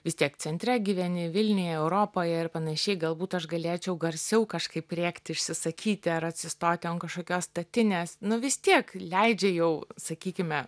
vis tiek centre gyveni vilniuje europoje ir panašiai galbūt aš galėčiau garsiau kažkaip rėkti išsisakyti ar atsistoti ant kažkokios statinės nu vis tiek leidžia jau sakykime